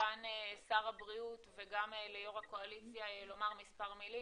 לסגן שר הבריאות וגם ליו"ר הקואליציה לומר מספר מילים,